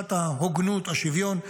לתחושת ההוגנות והשוויון,